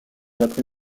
après